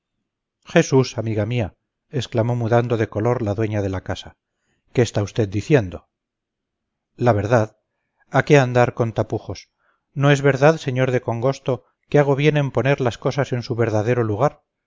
jesús amiga mía exclamó mudando de color la dueña de la casa qué está usted diciendo la verdad a qué andar con tapujos no es verdad señor de congosto que hago bien en poner las cosas en su verdadero lugar